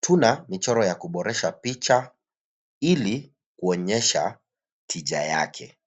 Tuna michoro ya kuboresha picha ili kuonyesha tija yake.